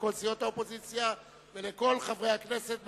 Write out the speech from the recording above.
ולכל סיעות